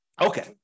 Okay